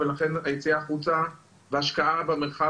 ולכן הנושא של יציאה החוצה והשקעה במרחב